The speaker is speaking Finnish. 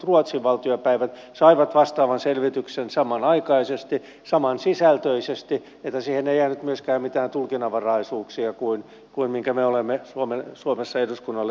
ruotsin valtiopäivät sai vastaavan selvityksen samanaikaisesti samansisältöisesti niin että siihen ei jäänyt myöskään mitään tulkinnanvaraisuuksia siihen verrattuna minkä me olemme suomessa eduskunnalle toimittaneet